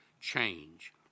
Change